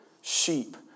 sheep